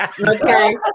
Okay